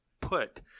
put